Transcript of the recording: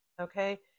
okay